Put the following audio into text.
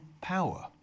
power